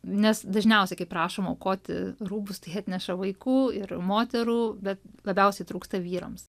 nes dažniausiai kai prašom aukoti rūbus tai atneša vaikų ir moterų bet labiausiai trūksta vyrams